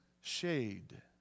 shade